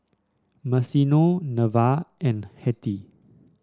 Maceo Neva and Hettie